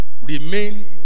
remain